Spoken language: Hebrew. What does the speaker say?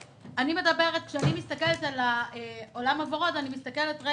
כשאני מסתכלת על העולם הוורוד אני מסתכלת על